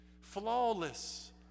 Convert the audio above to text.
flawless